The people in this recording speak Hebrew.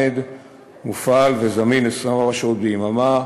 שמופעל וזמין 24 שעות ביממה,